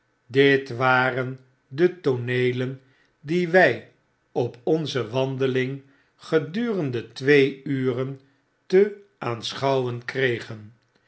dit waren de tooneelen die wij op onze wandeling gedurende twee uren te aanschouwen kregen